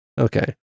okay